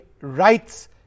rights